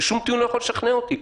שום טיעון לא יכול לשכנע אותי.